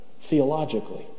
theologically